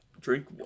Drink